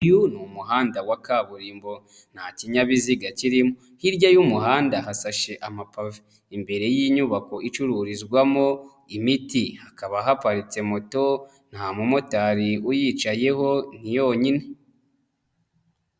Uyu ni umuhanda wa kaburimbo, nta kinyabiziga kirimo, hirya y'umuhanda hasashe amapave. Imbere y'inyubako icururizwamo imiti hakaba haparitsemo moto nta mu motari uyicayeho ni yonyine.